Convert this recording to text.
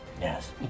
Yes